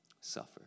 suffer